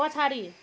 पछाडि